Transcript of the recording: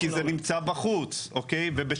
כי זה נמצא בחוץ ובשמירה,